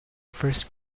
first